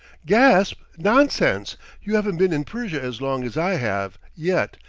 gasp nonsense you haven't been in persia as long as i have yet,